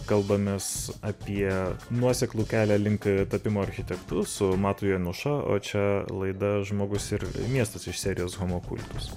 kalbamės apie nuoseklų kelią link tapimo architektu su matu januša o čia laida žmogus ir miestas iš serijos homapultas